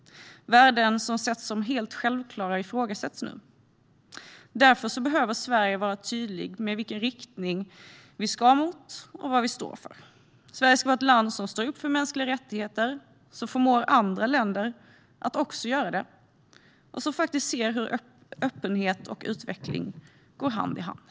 Värden som har setts som helt självklara ifrågasätts nu. Därför behöver Sverige vara tydligt med sin riktning och vad vi står för. Sverige ska vara ett land som står upp för mänskliga rättigheter, förmår andra länder att också göra det och faktiskt ser hur öppenhet och utveckling går hand i hand.